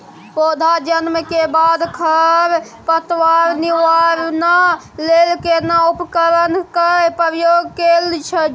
पौधा जन्म के बाद खर पतवार निवारण लेल केना उपकरण कय प्रयोग कैल जाय?